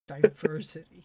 Diversity